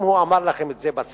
אם הוא אמר לכם את זה בסיעה,